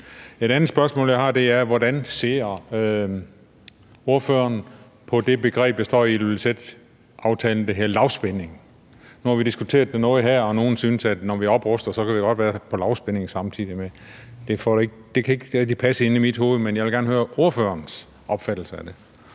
Et andet spørgsmål, jeg har, er: Hvordan ser ordføreren på det begreb, der står i Ilulissaterklæringen, der hedder lavspænding? Nu har vi diskuteret det her, og nogle synes, at når vi opruster, så kan vi godt arbejde for lavspænding samtidig med det – det kan ikke rigtig passe inde i mit hoved, men jeg vil gerne høre ordførerens opfattelse af det.